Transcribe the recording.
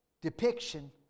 depiction